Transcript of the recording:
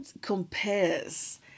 compares